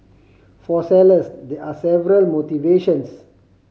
for sellers there are several motivations